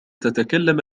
تتكلم